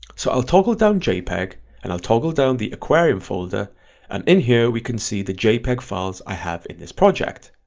so i'll toggle down jpeg and i'll toggle down the aquarium folder and in here we can see the jpeg files i have in this project.